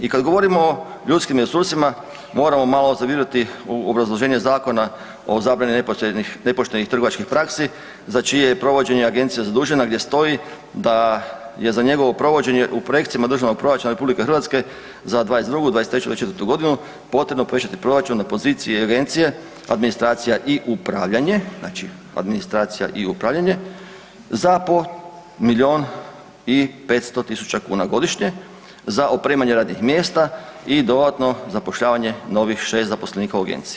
I kada govorimo o ljudskim resursima moramo malo zaviriti u obrazloženje Zakona o zabrani nepoštenih trgovačkih praksi za čije je provođenje agencija zadužena gdje stoji da je za njegovo provođenje u projekcijama Državnog proračuna RH za '22., '23. i '24.g. potrebno povećati proračun na poziciji agencije Administracija i upravljanje, znači administracija i upravljanje za milijun i 500 tisuća kuna godišnje za opremanje radnih mjesta i dodatno zapošljavanje novih 6 zaposlenika u agenciji.